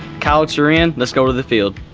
coyotes are in, let's go to the field.